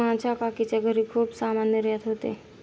माझ्या काकीच्या घरी खूप सामान निर्यात होते